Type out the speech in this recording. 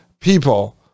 people